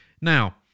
Now